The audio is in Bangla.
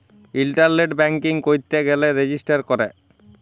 ইলটারলেট ব্যাংকিং ক্যইরতে গ্যালে রেজিস্টার ক্যরে